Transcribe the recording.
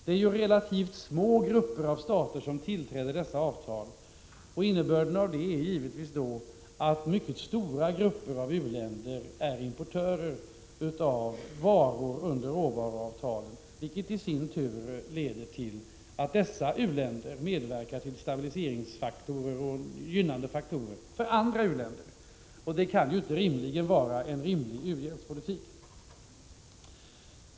Det är ju relativt små grupper av stater som tillträder dessa avtal, och innebörden av detta är givetvis att stora grupper av u-länder är importörer av varor under råvaruavtalen, vilket i sin tur leder till att dessa u-länder medverkar till stabiliserande och gynnande faktorer för andra u-länder. Det kan inte vara en rimlig u-hjälpspolitik.